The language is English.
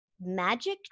magic